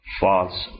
false